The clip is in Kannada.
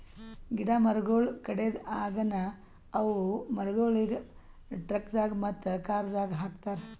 ಗಿಡ ಮರಗೊಳ್ ಕಡೆದ್ ಆಗನ ಅವು ಮರಗೊಳಿಗ್ ಟ್ರಕ್ದಾಗ್ ಮತ್ತ ಕಾರದಾಗ್ ಹಾಕತಾರ್